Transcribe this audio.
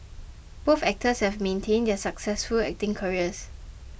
both actors have maintained their successful acting careers